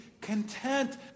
content